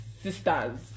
sisters